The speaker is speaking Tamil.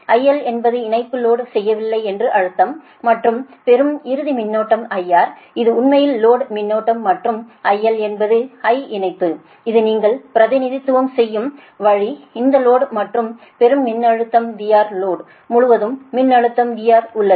IL என்பது இணைப்பு லோடு செய்யவில்லை என்று அர்த்தம் மற்றும் பெறும் இறுதி மின்னோட்டம் IR இது உண்மையில் லோடு மின்னோட்டம் மற்றும் IL என்பது I இணைப்பு இது நீங்கள் பிரதிநிதித்துவம் செய்யும் வழி இந்த லோடு மற்றும் பெறும் மின்னழுத்தம் VR லோடு முழுவதும் மின்னழுத்தம் VR உள்ளது